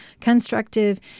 constructive